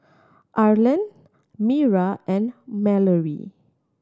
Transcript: Arland Mira and Malorie